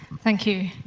thank you.